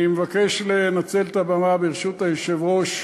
אני מבקש לנצל את הבמה, ברשות היושב-ראש,